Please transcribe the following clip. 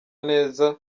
neza